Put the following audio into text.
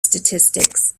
statistics